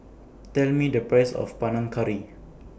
Tell Me The Price of Panang Curry